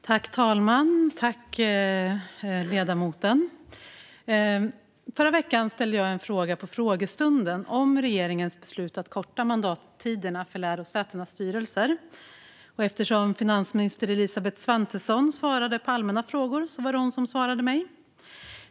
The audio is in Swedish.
Fru talman! Förra veckan ställde jag en fråga på frågestunden om regeringens beslut att korta mandattiderna för lärosätenas styrelser. Eftersom finansminister Elisabeth Svantesson svarade på allmänna frågor var det hon som svarade mig.